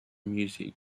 music